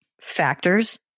factors